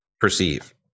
perceive